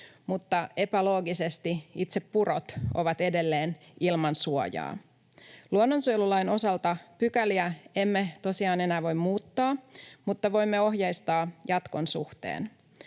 mutta epäloogisesti itse purot ovat edelleen ilman suojaa. Luonnonsuojelulain osalta pykäliä emme tosiaan enää voi muuttaa mutta voimme ohjeistaa jatkon suhteen.